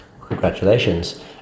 Congratulations